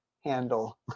handle